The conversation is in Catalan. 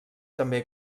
també